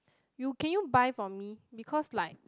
you can you buy for me because like